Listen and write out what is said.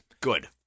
Good